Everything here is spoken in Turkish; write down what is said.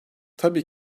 tabii